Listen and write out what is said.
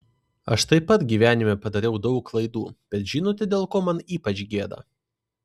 aš taip pat gyvenime padariau daug klaidų bet žinote dėl ko man ypač gėda